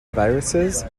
viruses